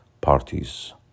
parties